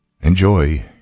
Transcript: Enjoy